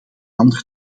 ander